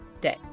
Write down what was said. day